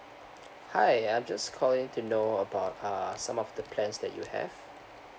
hi I'm just calling to know about uh some of the plans that you have